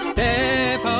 Step